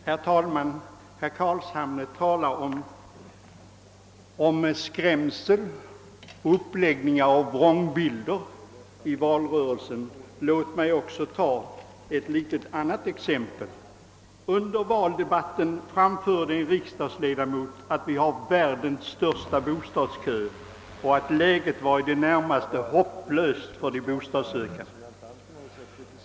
Herr talman! Herr Carlshamre talade om skrämsel och tecknande av vrångbilder i valrörelsen. Låt mig ta ett liknande exempel. Under valdebatten anförde en riksdagsledamot att vi har »världens största bostadskö» och att läget var i det närmaste hopplöst för de bostadssökande.